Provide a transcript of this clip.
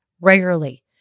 regularly